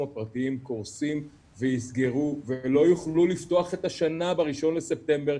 הפרטיים קורסים ויסגרו ולא יוכלו לפתוח את השנה ב-1 בספטמבר,